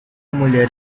mulher